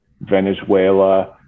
Venezuela